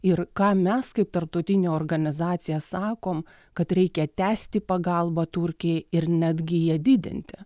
ir ką mes kaip tarptautinė organizacija sakom kad reikia tęsti pagalbą turkijai ir netgi ją didinti